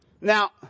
Now